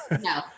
No